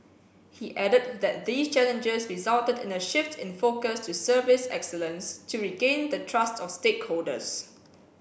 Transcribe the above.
he added that these challenges resulted in a shift in focus to service excellence to regain the trust of stakeholders